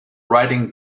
writing